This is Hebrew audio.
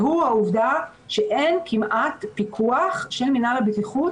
והוא העובדה שאין כמעט פיקוח של מינהל הבטיחות